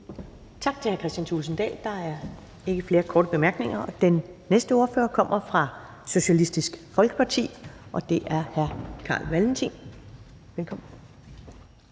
Tak til hr. Kristian Thulesen Dahl. Der er ikke flere korte bemærkninger. Den næste ordfører kommer fra Socialistisk Folkeparti, og det er hr. Carl Valentin. Velkommen.